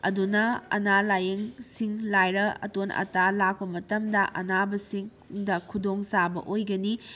ꯑꯗꯨꯅ ꯑꯅꯥ ꯂꯥꯏꯌꯦꯡꯁꯤꯡ ꯂꯥꯏꯔ ꯑꯇꯣꯟ ꯑꯇꯥ ꯂꯥꯛꯄ ꯃꯇꯝꯗ ꯑꯅꯥꯕꯁꯤꯡꯗ ꯈꯨꯗꯣꯡꯆꯥꯕ ꯑꯣꯏꯒꯅꯤ